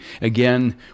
again